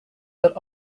that